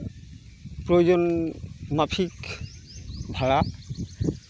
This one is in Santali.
ᱯᱨᱳᱭᱳᱡᱚᱱ ᱢᱟᱯᱷᱤᱠ ᱵᱷᱟᱲᱟ